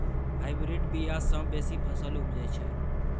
hybrid बीया सँ बेसी फसल उपजै छै